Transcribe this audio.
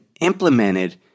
implemented